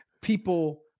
people